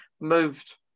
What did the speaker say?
moved